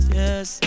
yes